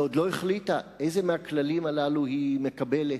ועדיין לא החליטה איזה מהכללים הללו היא מקבלת,